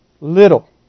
little